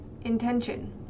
intention